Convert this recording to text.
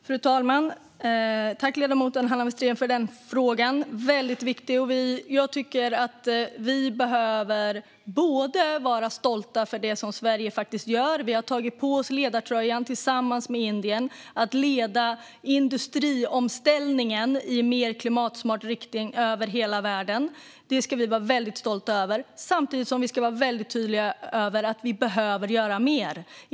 Fru talman! Tack, ledamoten Hanna Westerén, för den frågan! Den är väldigt viktig. Vi kan vara stolta över det som Sverige gör. Vi har tagit på oss ledartröjan tillsammans med Indien att leda industriomställningen i mer klimatsmart riktning över hela världen. Det ska vi vara väldigt stolta över, samtidigt som vi ska vara väldigt tydliga med att vi behöver göra mer.